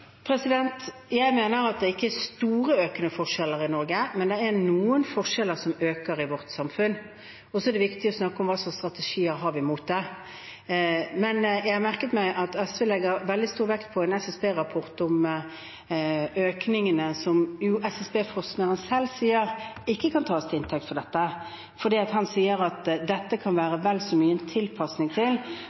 Jeg mener at det ikke er store, økende forskjeller i Norge, men det er noen forskjeller som øker i vårt samfunn. Og så er det viktig å snakke om hvilke strategier vi har mot det. Jeg har merket meg at SV legger veldig stor vekt på en SSB-rapport om økningene, som SSB-forskeren selv sier ikke kan tas til inntekt for dette. Han sier at dette kan være vel så mye en tilpasning til